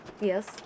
Yes